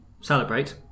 celebrate